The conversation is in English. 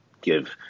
give